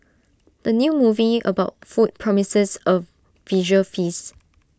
the new movie about food promises A visual feast